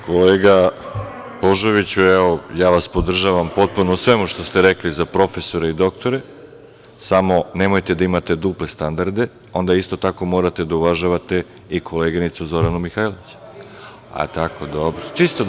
Kolega Božoviću, ja vas podržavam potpuno u svemu što ste rekli za profesore i doktore, samo nemojte da imate duple standarde, jer onda isto tako morate da uvažavate i koleginicu Zoranu Mihajlović.